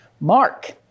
Mark